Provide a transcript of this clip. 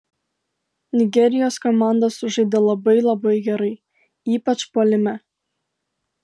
nigerijos komanda sužaidė labai labai gerai ypač puolime